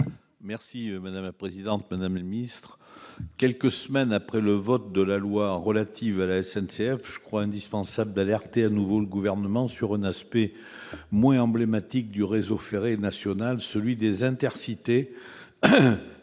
madame la secrétaire d'État, mes chers collègues, quelques semaines après le vote de la loi relative à la SNCF, je crois indispensable d'alerter de nouveau le Gouvernement sur un aspect moins emblématique du réseau ferré national, celui des trains